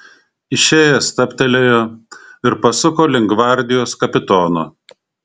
išėjęs stabtelėjo ir pasuko link gvardijos kapitono